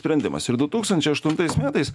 sprendimas ir du tūkstančiai aštuntais metais